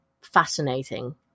fascinating